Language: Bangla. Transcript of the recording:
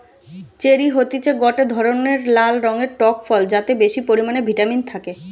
চেরি হতিছে গটে ধরণের লাল রঙের টক ফল যাতে বেশি পরিমানে ভিটামিন থাকে